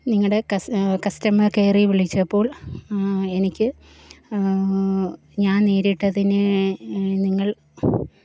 നിങ്ങളുടെ കസ്റ്റമർ കെയറിൽ വിളിച്ചപ്പോൾ എനിക്ക് ഞാൻ നേരിട്ടതിനെ നിങ്ങൾ